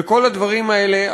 וכל הדברים האלה,